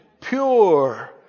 pure